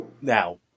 now